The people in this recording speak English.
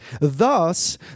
Thus